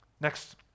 Next